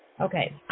Okay